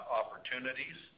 opportunities